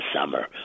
summer